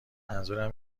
منظورم